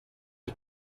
can